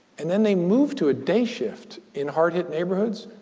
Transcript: and then, they moved to a day shift in hard hit neighborhoods.